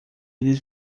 eles